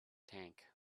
tank